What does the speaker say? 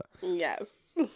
Yes